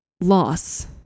loss